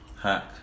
Hack